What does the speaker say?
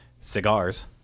Cigars